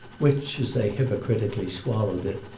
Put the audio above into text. which, as they hypocritically swallowed it,